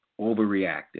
overreacted